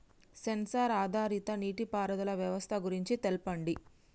Censor ఆధారిత నీటిపారుదల వ్యవస్థ గురించి తెల్పండి?